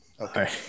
okay